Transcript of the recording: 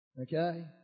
Okay